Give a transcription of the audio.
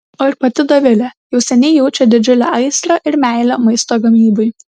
o ir pati dovilė jau seniai jaučia didžiulę aistrą ir meilę maisto gamybai